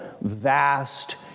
vast